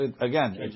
again